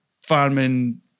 farming